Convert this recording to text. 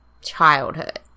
childhood